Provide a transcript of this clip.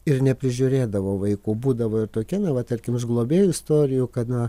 ir neprižiūrėdavo vaikų būdavo ir tokia na va tarkim iš globėjų istorijų kad na